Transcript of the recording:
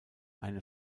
eine